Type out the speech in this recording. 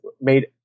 made